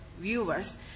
viewers